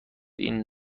این